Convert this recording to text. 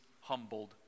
humbled